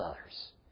others